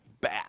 bad